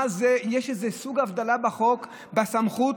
מה זה, יש איזה סוג הבדלה בחוק, בסמכות?